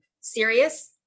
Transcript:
serious